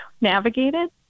navigated